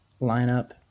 lineup